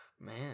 Man